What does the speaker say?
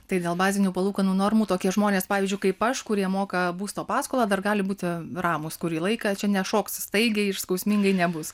tai dėl bazinių palūkanų normų tokie žmonės pavyzdžiui kaip aš kurie moka būsto paskolą dar gali būti ramūs kurį laiką čia nešoks staigiai ir skausmingai nebus